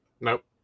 Nope